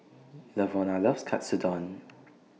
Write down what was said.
Lavona loves Katsudon